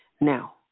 Now